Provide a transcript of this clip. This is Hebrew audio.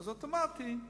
אז אוטומטית,